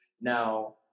Now